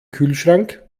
kühlschrank